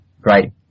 great